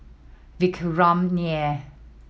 Vikram Nair